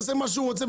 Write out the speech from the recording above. שיעשה מה שהוא רוצה.